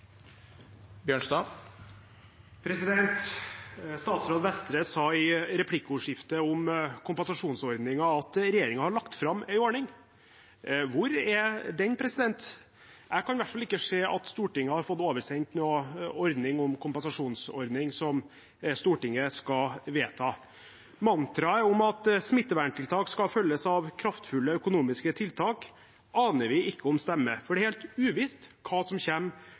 arbeidet. Statsråd Vestre sa i replikkordskiftet om kompensasjonsordningen at regjeringen har lagt fram en ordning. Hvor er den? Jeg kan i hvert fall ikke se at Stortinget har fått oversendt en kompensasjonsordning som Stortinget skal vedta. Mantraet om at smitteverntiltak skal følges av kraftfulle økonomiske tiltak, aner vi ikke om stemmer, for det er helt uvisst hva som